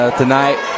tonight